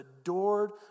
adored